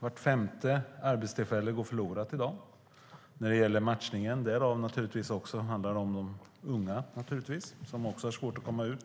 Vart femte arbetstillfälle går förlorat i dag när det gäller matchningen. Där handlar det naturligtvis om de unga, som också har svårt att komma ut.